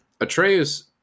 Atreus